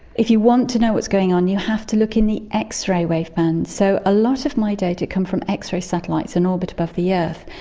if you want to know what's going on you have to look in the x-ray waveband. so a lot of my data come from x-ray satellites in orbit above the earth,